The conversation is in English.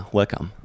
welcome